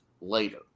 later